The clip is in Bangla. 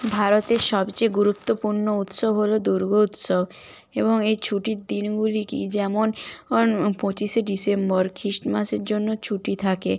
ভারতে সবচেয়ে গুরুত্বপূর্ণ উৎসব হলো দুর্গোৎসব এবং এই ছুটির দিনগুলি কি যেমন অন পঁচিশে ডিসেম্বর খ্রিস্টমাসের জন্য ছুটি থাকে